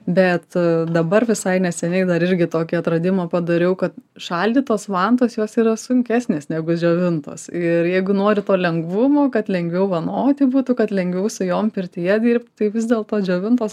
bet dabar visai neseniai dar irgi tokį atradimą padariau kad šaldytos vantos jos yra sunkesnės negu džiovintos ir jeigu nori to lengvumo kad lengviau vanoti būtų kad lengviau su jom pirtyje dirbt tai vis dėlto džiovintos